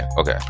okay